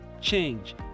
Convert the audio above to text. change